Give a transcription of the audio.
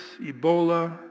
Ebola